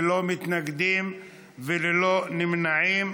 בעד, 18, ללא מתנגדים וללא נמנעים.